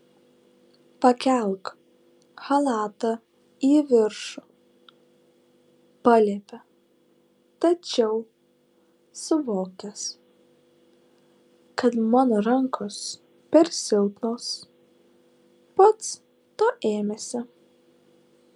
pakelk chalatą į viršų paliepė tačiau suvokęs kad mano rankos per silpnos pats to ėmėsi